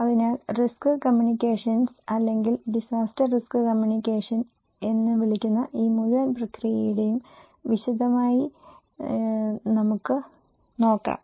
അതിനാൽ risk communications അല്ലെങ്കിൽ disaster risk communications എന്ന് വിളിക്കുന്ന ഈ മുഴുവൻ പ്രക്രിയയുടെയും വിശദമായി നമുക്ക് നോക്കാം